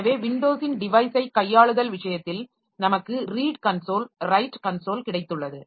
எனவே விண்டோஸின் டிவைஸை கையாளுதல் விஷயத்தில் நமக்கு ரீட் கன்சோல் ரைட் கன்சோல் கிடைத்துள்ளது